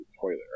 toilet